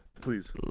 Please